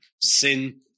sin